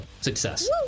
success